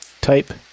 type